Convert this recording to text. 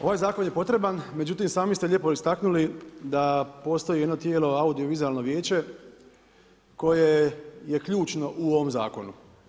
Ovaj zakon je potreban, međutim sami ste lijepo istaknuli da postoji jedno tijelo, audiovizualno vijeće koje je ključno u ovom zakonu.